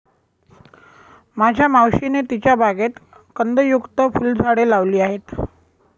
माझ्या मावशीने तिच्या बागेत कंदयुक्त फुलझाडे लावली आहेत